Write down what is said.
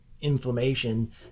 inflammation